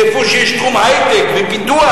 איפה שיש תחום היי-טק ופיתוח,